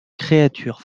créature